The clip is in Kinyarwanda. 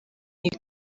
iyi